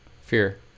Fear